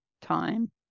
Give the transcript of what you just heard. time